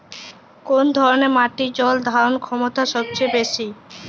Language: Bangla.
কোন ধরণের মাটির জল ধারণ ক্ষমতা সবচেয়ে বেশি?